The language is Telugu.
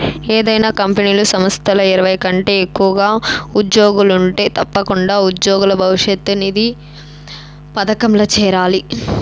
ఏదైనా కంపెనీలు, సంస్థల్ల ఇరవై కంటే ఎక్కువగా ఉజ్జోగులుంటే తప్పకుండా ఉజ్జోగుల భవిష్యతు నిధి పదకంల చేరాలి